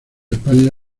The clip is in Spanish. españa